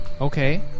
okay